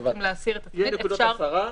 אם יש לנו עשרות אלפי מבודדים בנקודת זמן מסוימת,